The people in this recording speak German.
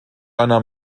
einer